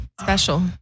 Special